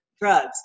drugs